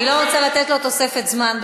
אני לא רוצה לתת לו תוספת זמן.